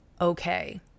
okay